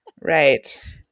Right